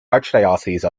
archdiocese